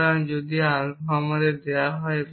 সুতরাং যদি আলফা আমাদের দেওয়া হয়